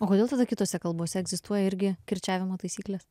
o kodėl tada kitose kalbose egzistuoja irgi kirčiavimo taisyklės